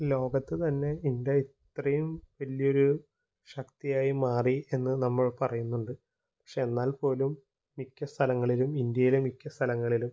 ലോകത്ത് തന്നെ ഇന്ത്യ ഇത്രയും വലിയൊരു ശക്തിയായി മാറി എന്ന് നമ്മള് പറയുന്നുണ്ട് പക്ഷെ എന്നാല്പ്പോലും മിക്ക സ്ഥലങ്ങളിലും ഇന്ത്യയിലെ മിക്ക സ്ഥലങ്ങളിലും